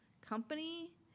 company